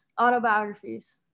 autobiographies